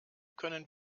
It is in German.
können